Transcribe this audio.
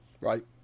right